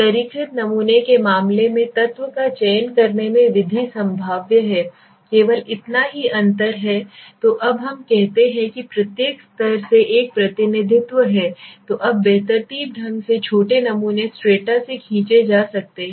स्तरीकृत नमूने के मामले में तत्व का चयन करने की विधि संभाव्य है केवल इतना ही अंतर है तो अब हम कहते हैं कि प्रत्येक स्तर से एक प्रतिनिधित्व है तो अब बेतरतीब ढंग से छोटे नमूने स्ट्रेटा से खींचे जाते हैं